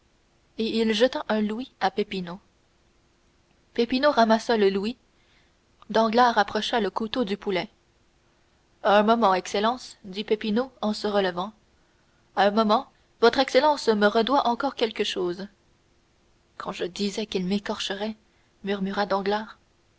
et il jeta un louis à peppino peppino ramassa le louis danglars approcha le couteau du poulet un moment excellence dit peppino en se relevant un moment votre excellence me redoit encore quelque chose quand je disais qu'ils m'écorcheraient murmura